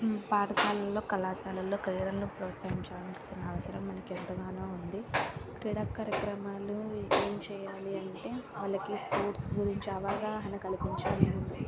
పాఠశాలలో కళాశాలలో క్రీడలను ప్రోత్సహించాల్సిన అవసరం మనకు ఎంతగానో ఉంది క్రీడా కార్యక్రమాలు ఏం చేయాలి అంటే వాళ్ళకి స్పోర్ట్స్ గురించి అవగాహన కలిపించాలి ముందే